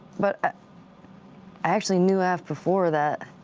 but i actually knew af before that.